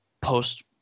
post